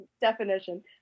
definition